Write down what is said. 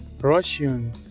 Russian